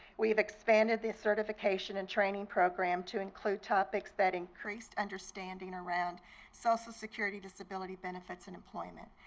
we have expanded the certification and training program to include topics that increase understanding around social security disability benefits and employment.